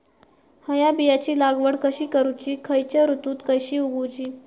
हया बियाची लागवड कशी करूची खैयच्य ऋतुत कशी उगउची?